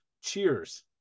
Cheers